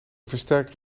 versterker